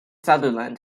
sutherland